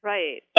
Right